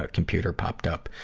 ah computer popped up,